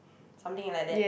something like that